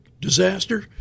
disaster